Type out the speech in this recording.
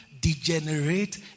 degenerate